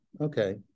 okay